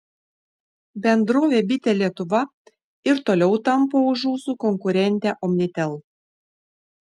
bendrovė bitė lietuva ir toliau tampo už ūsų konkurentę omnitel